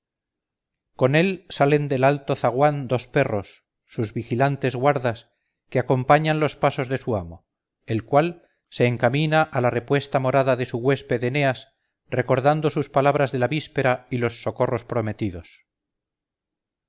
con él salen del alto zaguán dos perros sus vigilantes guardas que acompañan los pasos de su amo el cual se encamina a la repuesta morada de su huésped eneas recordando sus palabras de la víspera y los socorros prometidos